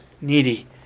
needy